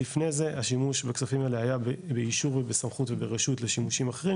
לפני זה השימוש בכספים האלה היה באישור ובסמכות וברשות לשימושים אחרים,